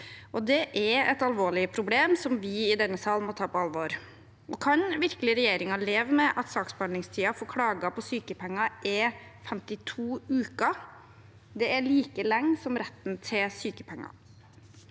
Det er et alvorlig problem som vi i denne sal må ta på alvor. Kan regjeringen virkelig leve med at saksbehandlingstiden for klager på sykepenger er 52 uker? Det er like lenge som retten til sykepenger.